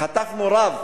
חטפנו רב